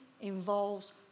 involves